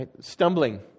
Stumbling